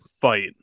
fight